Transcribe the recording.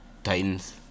Titans